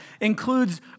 includes